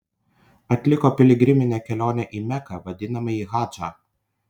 atliko piligriminę kelionę į meką vadinamąjį hadžą